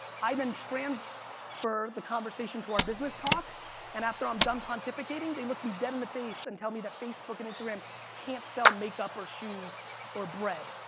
i then transfer the conversation to our business talk and after i'm done pontificating, they look me dead in the face and tell me that facebook and instagram can't sell makeup or shoes or bread.